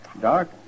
Doc